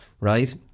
Right